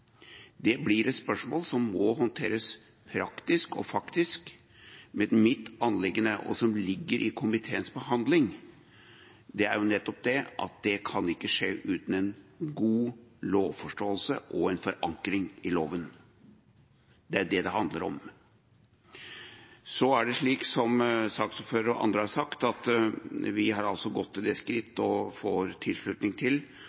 Det blir et spørsmål som må håndteres praktisk og faktisk. Mitt anliggende – og som ligger i komiteens behandling – er nettopp at det ikke kan skje uten en god lovforståelse og en forankring i loven. Det er det det handler om. Som saksordføreren og andre har sagt, har vi gått til det skritt – og får tilslutning til